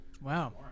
wow